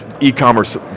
e-commerce